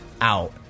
out